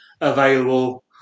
available